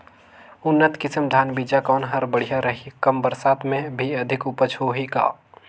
उन्नत किसम धान बीजा कौन हर बढ़िया रही? कम बरसात मे भी अधिक उपज होही का?